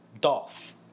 Dolph